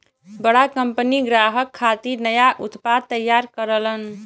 बड़ा कंपनी ग्राहक खातिर नया उत्पाद तैयार करलन